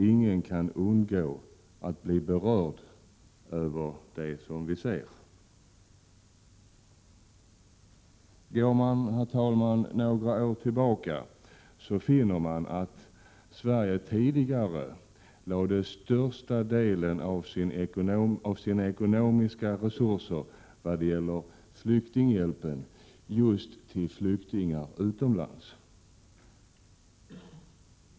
Ingen kan undgå att beröras av det som vi får se. Herr talman! Om man går några år tillbaka i tiden, finner man att Sverige tidigare lade största delen av sina ekonomiska resurser när det gällde flyktinghjälpen på just flyktingar utomlands.